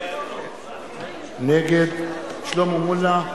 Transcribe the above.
נגד שלמה מולה,